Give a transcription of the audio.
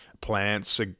plants